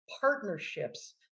partnerships